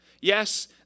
Yes